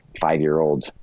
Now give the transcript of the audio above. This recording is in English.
five-year-old